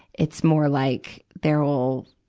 it's more like, there will,